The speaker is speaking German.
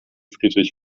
friedrich